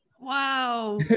Wow